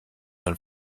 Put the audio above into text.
man